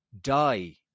die